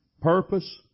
purpose